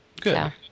Good